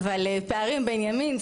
אבל פערים בין ימין,